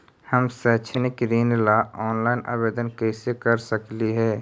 हम शैक्षिक ऋण ला ऑनलाइन आवेदन कैसे कर सकली हे?